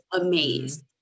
amazed